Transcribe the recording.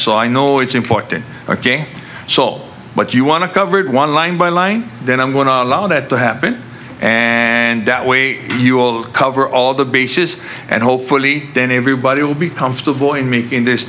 so i know it's important ok so what you want to cover it one line by line then i'm going to allow that to happen and that way you will cover all the bases and hopefully then everybody will be comfortable and m